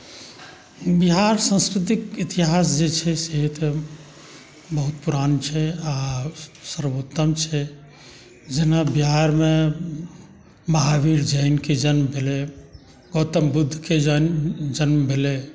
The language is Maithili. बिहार संस्कृतिक इतिहास जे छै से तऽ बहुत पुरान छै आ सर्वोत्तम छै जेना बिहारमे महावीर जैनके जन्म भेलै गौतम बुद्धके जन्म भेलै